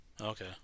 Okay